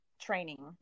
training